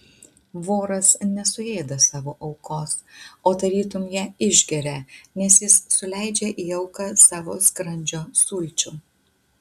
voras nesuėda savo aukos o tarytum ją išgeria nes jis suleidžia į auką savo skrandžio sulčių